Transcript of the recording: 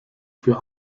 für